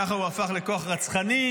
ככה הוא הפך לכוח רצחני,